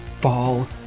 Fall